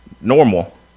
normal